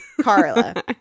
Carla